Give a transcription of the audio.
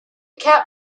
cap